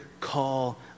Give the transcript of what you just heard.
call